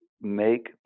make